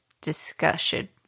discussion